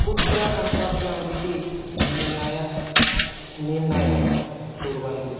कुत्र गन्तव्यम् इति निर्णयं निर्णयं कुर्वन्तु